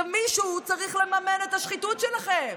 מישהו צריך לממן את השחיתות שלכם.